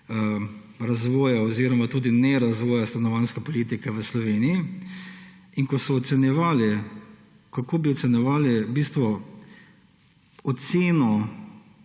razvoja oziroma tudi nerazvoja stanovanjske politike v Sloveniji. Ko so ocenjevali, kako bi ocenjevali, v bistvu ocenili,